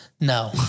No